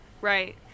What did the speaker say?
Right